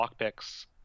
lockpicks